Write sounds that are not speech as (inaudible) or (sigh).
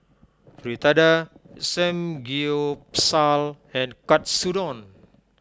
(noise) Fritada Samgyeopsal and Katsudon